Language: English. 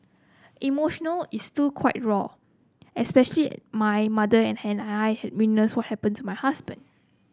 emotional it's still quite raw especially my mother and I had witnessed what happened to my husband